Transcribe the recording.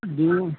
ডিম